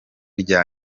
rya